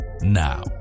now